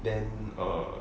then err